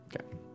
Okay